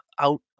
out